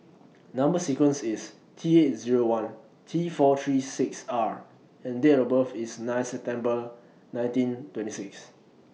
Number sequence IS T eight Zero one T four three six R and Date of birth IS nine September nineteen twenty six